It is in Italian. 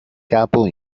capo